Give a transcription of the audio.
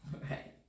Right